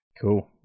cool